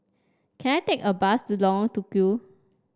can I take a bus to Long Tukol